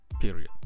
period